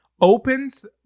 Opens